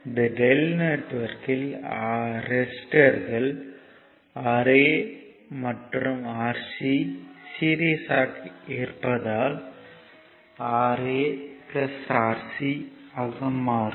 இந்த Δ நெட்வொர்க்யில் ரெசிஸ்டர்கள் Ra மற்றும் Rc சீரிஸ்யாக இருப்பதால் Ra Rc ஆக மாறும்